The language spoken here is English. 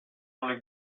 only